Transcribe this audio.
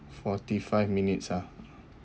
forty five minutes ah